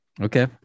Okay